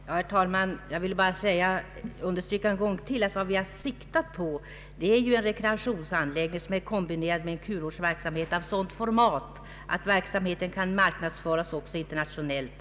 Herr talman! Jag vill bara ännu en gång understryka att vad vi har siktat på är en rekreationsanläggning kom binerad med en kurortsverksamhet av sådant format att verksamheten kan marknadsföras också internationellt.